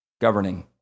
governing